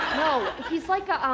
he's like a. um.